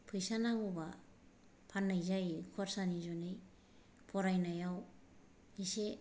फैसा नांगौबा फान्नाय जायो खरसानि जुनै फरायनायाव इसे